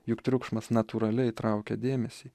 juk triukšmas natūraliai traukia dėmesį